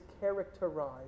characterized